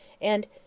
and—